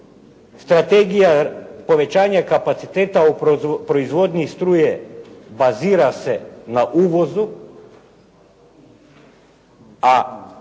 strategija povećanja kapaciteta u proizvodnji struje bazira se na uvozu a